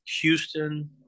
Houston